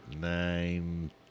nine